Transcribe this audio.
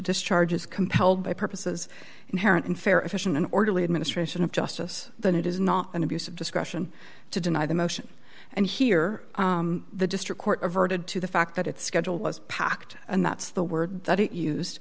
discharge is compelled by purposes inherent in fair efficient and orderly administration of justice then it is not an abuse of discretion to deny the motion and here the district court diverted to the fact that its schedule was packed and that's the word that it used